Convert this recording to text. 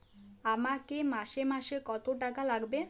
আমাকে মাসে মাসে কত টাকা লাগবে?